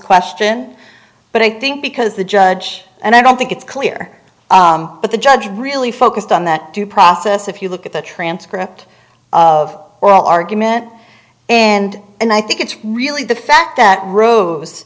question but i think because the judge and i don't think it's clear but the judge really focused on that due process if you look at the transcript of oral argument and and i think it's really the fact that ro